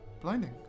Blinding